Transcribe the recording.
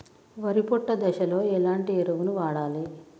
వరి పొట్ట దశలో ఎలాంటి ఎరువును వాడాలి?